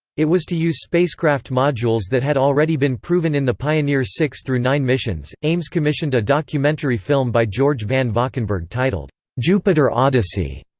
it was to use spacecraft modules that had already been proven in the pioneer six through nine missions ames commissioned a documentary film by george van valkenburg titled jupiter odyssey.